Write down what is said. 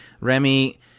Remy